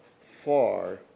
far